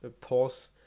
pause